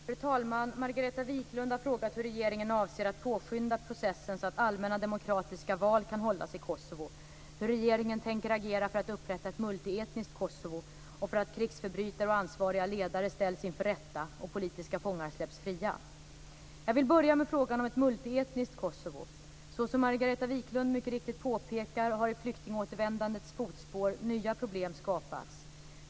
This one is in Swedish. Fru talman! Margareta Viklund har frågat hur regeringen avser att påskynda processen så att allmänna demokratiska val kan hållas i Kosovo, hur regeringen tänker agera för att upprätta ett multietniskt Kosovo och för att krigsförbrytare och ansvariga ledare ställs inför rätta och politiska fångar släpps fria. Jag vill börja med frågan om ett multietniskt Kosovo. Såsom Margareta Viklund mycket riktigt påpekar har i flyktingåtervändandets fotspår nya problem skapats.